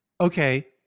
Okay